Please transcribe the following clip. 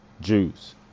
Jews